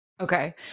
okay